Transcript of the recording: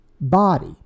body